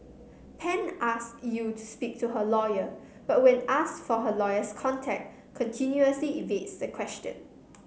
Pan asked Yew to speak to her lawyer but when asked for her lawyer's contact continuously evades the question